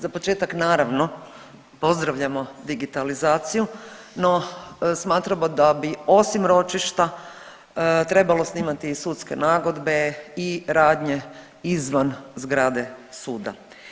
Za početak naravno, pozdravljamo digitalizaciju, no smatramo da bi osim ročišta trebalo snimati i sudske nagodbe i radnje izvan zgrade suda.